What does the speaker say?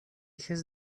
has